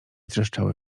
trzeszczały